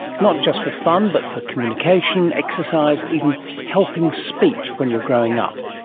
not just for fun, but for communication, exercise, even helping speech when you're growing up.